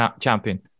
champion